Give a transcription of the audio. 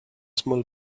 small